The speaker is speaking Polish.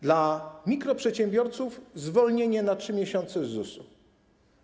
Dla mikroprzedsiębiorców - zwolnienie na 3 miesiące z ZUS-u.